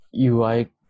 UI